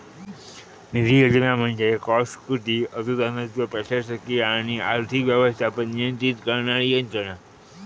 निधी योजना म्हणजे कॉस्ट कृती अनुदानाचो प्रशासकीय आणि आर्थिक व्यवस्थापन नियंत्रित करणारी यंत्रणा